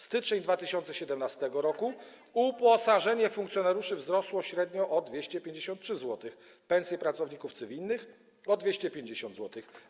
Styczeń 2017 r., uposażenie funkcjonariuszy wzrosło średnio o 253 zł, pensje pracowników cywilnych - o 250 zł.